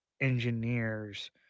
engineers